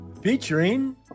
Featuring